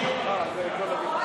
חברת הכנסת דיסטל, אל תכריחי אותי.